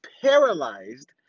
paralyzed